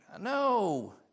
No